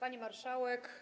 Pani Marszałek!